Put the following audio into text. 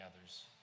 others